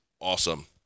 awesome